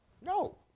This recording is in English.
No